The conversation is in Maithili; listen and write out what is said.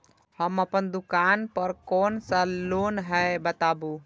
हम अपन दुकान पर कोन सा लोन हैं बताबू?